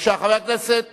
חבר הכנסת ברוורמן,